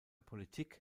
politik